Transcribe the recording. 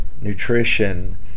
nutrition